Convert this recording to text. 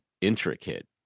intricate